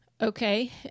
Okay